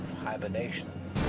hibernation